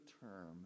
term